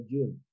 June